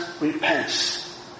repents